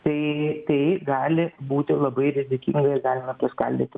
tai tai gali būti labai rizikinga ir galime priskaldyti